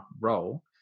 role